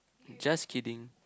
just kidding